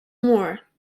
more